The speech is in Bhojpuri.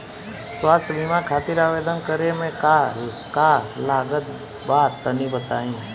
स्वास्थ्य बीमा खातिर आवेदन करे मे का का लागत बा तनि बताई?